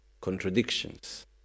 contradictions